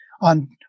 on